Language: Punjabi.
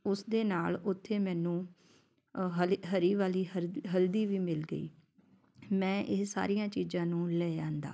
ਉਸਦੇ ਨਾਲ ਉੱਥੇ ਮੈਨੂੰ ਹਲ ਹਰੀ ਵਾਲੀ ਹਲਦੀ ਵੀ ਮਿਲ ਗਈ ਮੈਂ ਇਹ ਸਾਰੀਆਂ ਚੀਜ਼ਾਂ ਨੂੰ ਲੈ ਆਂਦਾ